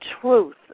truth